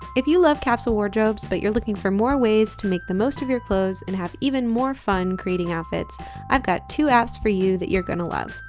if you love capsule wardrobes but you're looking for more ways to make the most of your clothes and have even more fun creating outfits i've got two apps for you that you're going to love.